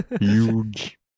huge